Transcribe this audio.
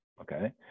okay